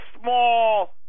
small